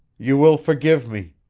you will forgive me!